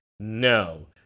No